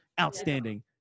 outstanding